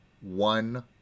one